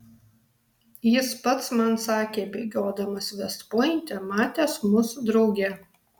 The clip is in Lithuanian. jis pats man sakė bėgiodamas vest pointe matęs mus drauge